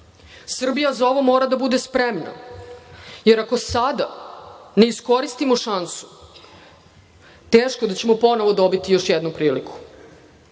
za ovo mora da bude spremna, jer ako sada ne iskoristimo šansu, teško da ćemo ponovo dobiti još jednu priliku.